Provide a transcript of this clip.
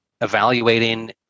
evaluating